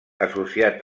associat